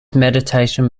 meditation